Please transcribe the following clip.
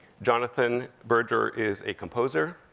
jonathon berger is a composer.